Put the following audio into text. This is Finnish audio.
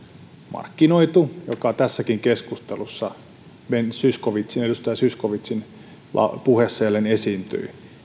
markkinoitu ja joka tässäkin keskustelussa edustaja zyskowiczin puheessa jälleen esiintyi